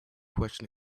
question